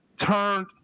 turned